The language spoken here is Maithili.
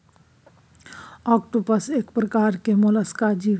आक्टोपस एक परकार केर मोलस्क जीव छै